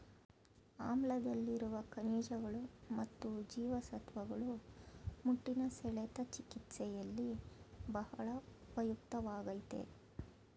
ಆಮ್ಲಾದಲ್ಲಿರುವ ಖನಿಜಗಳು ಮತ್ತು ಜೀವಸತ್ವಗಳು ಮುಟ್ಟಿನ ಸೆಳೆತ ಚಿಕಿತ್ಸೆಯಲ್ಲಿ ಬಹಳ ಉಪಯುಕ್ತವಾಗಯ್ತೆ